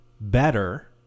better